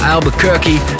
Albuquerque